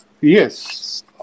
Yes